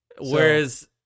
Whereas